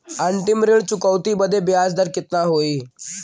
अंतिम ऋण चुकौती बदे ब्याज दर कितना होई?